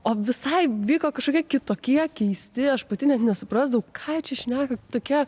o visai vyko kažkokie kitokie keisti aš pati net nesuprasdavau ką jie čia šneka tokia